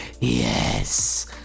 yes